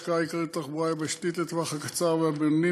ההשקעה העיקרית בתחבורה היבשתית לטווח הקצר והבינוני